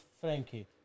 Frankie